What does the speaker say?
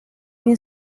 been